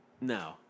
No